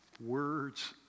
words